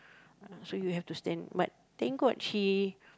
so you have to stand but thank god she